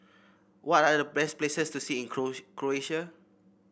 what are the best places to see in Croatia